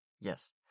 Yes